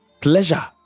Pleasure